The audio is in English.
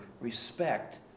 respect